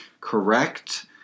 correct